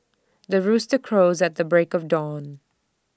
the rooster crows at the break of dawn